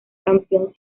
campeón